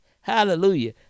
Hallelujah